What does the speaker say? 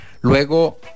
Luego